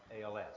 ALS